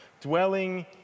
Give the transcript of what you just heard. dwelling